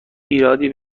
ایرادی